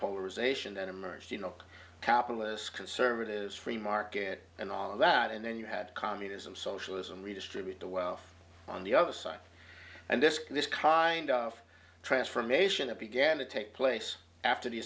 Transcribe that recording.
polarization that emerged you know capitalist conservatives free market and all of that and then you had communism socialism redistribute the wealth on the other side and this this kind of transformation of began to take place after the